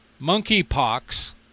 monkeypox